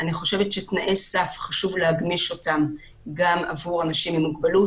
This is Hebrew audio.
אני חושבת שחשוב להגמיש תנאי סף גם עבור אנשים עם מוגבלות.